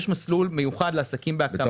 יש מסלול מיוחד לעסקים בהקמה.